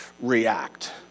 react